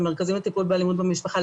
למרכזים לטיפול באלימות במשפחה,